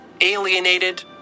alienated